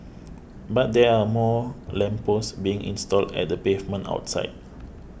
but there are more lamp posts being installed at the pavement outside